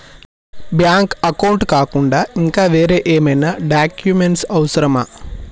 Bank account కాకుండా ఇంకా వేరే ఏమైనా డాక్యుమెంట్స్ అవసరమా?